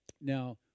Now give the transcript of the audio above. Now